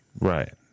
Right